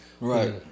Right